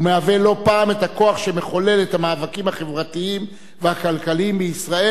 הוא מהווה לא פעם את הכוח שמחולל את המאבקים החברתיים והכלכליים בישראל,